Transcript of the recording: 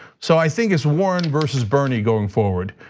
so i think it's warren versus bernie going forward,